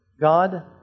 God